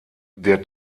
der